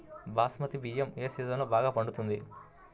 బాస్మతి బియ్యం ఏ సీజన్లో బాగా పండుతుంది?